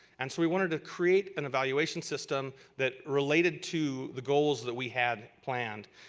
and so we wanted to create an evaluation system that related to the goals that we had planned.